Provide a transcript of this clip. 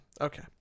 Okay